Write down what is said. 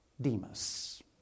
Demas